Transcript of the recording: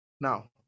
Now